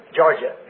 Georgia